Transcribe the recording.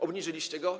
Obniżyliście go?